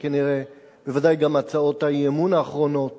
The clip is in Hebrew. ודאי גם הצעות האי-אמון האחרונות